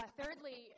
thirdly